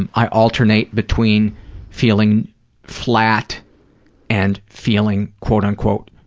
and i alternate between feeling flat and feeling, quote, unquote,